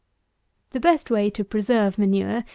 the best way to preserve manure,